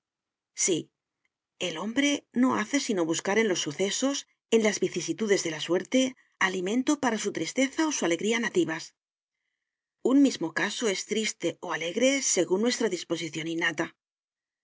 sí el hombre no hace sino buscar en los sucesos en las vicisitudes de la suerte alimento para su tristeza o su alegría nativas un mismo caso es triste o alegre según nuestra disposición innata